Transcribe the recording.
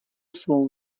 svou